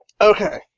Okay